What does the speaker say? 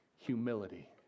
humility